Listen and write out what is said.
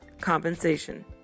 compensation